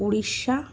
Orissa